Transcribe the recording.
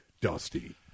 Dusty